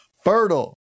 Fertile